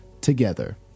together